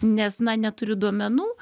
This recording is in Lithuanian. nes na neturiu duomenų